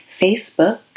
Facebook